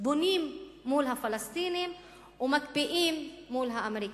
בונים מול הפלסטינים ומקפיאים מול האמריקנים.